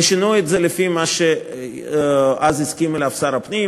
ושינו את זה לפי מה שאז הסכים עליו שר הפנים,